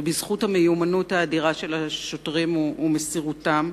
ובזכות המיומנות האדירה של השוטרים ומסירותם,